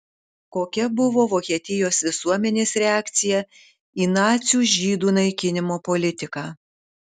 kokia buvo vokietijos visuomenės reakcija į nacių žydų naikinimo politiką